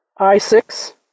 i6